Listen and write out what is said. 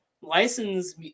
license